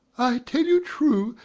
i tell you true,